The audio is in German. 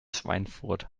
schweinfurt